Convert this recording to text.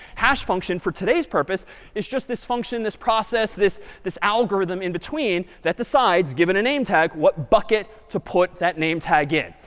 hash function for today's purpose it's just this function, this process, this this algorithm in between that decides, given a name tag, what bucket to put that name tag in.